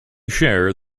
share